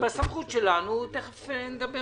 אני חושב שאין לנו את הזמן הזה